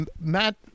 Matt